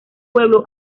pueblo